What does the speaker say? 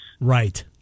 right